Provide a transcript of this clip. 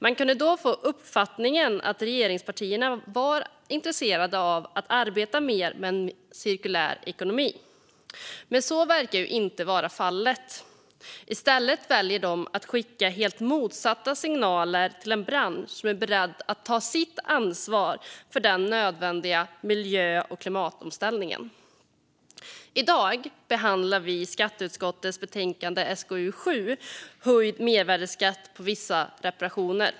Man kunde vid konferensen få uppfattningen att regeringspartierna var intresserade av att arbeta mer med en cirkulär ekonomi, men så verkar inte vara fallet. Man väljer i stället att skicka signaler om motsatsen till en bransch som är beredd att ta sitt ansvar för den nödvändiga miljö och klimatomställningen. I dag behandlar vi skatteutskottets betänkande SkU7 Höjd mervärdes skatt på vissa reparationer .